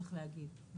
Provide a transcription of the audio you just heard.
צריך להגיד,